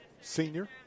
senior